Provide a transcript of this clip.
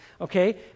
okay